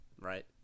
right